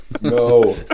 No